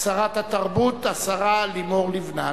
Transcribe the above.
שרת התרבות, השרה לימור לבנת.